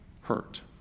hurt